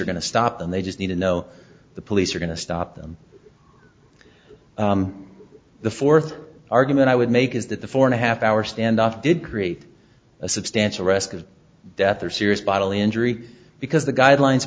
are going to stop and they just need to know the police are going to stop them the fourth argument i would make is that the four and a half hour standoff did create a substantial risk of death or serious bodily injury because the guidelines